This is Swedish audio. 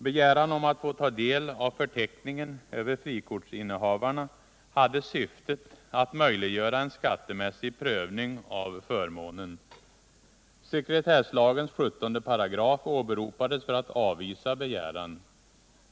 Begäran om att få ta del av förteckningen över frikortsinnehavarna hade syftet att möjliggöra en skattemässig prövning av förmånen. Sekretesslagens 17 § åberopades för att avvisa begäran.